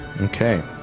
Okay